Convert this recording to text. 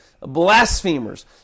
blasphemers